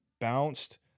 bounced